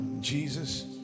Jesus